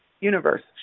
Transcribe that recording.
Universe